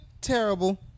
terrible